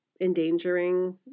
endangering